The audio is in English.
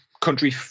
country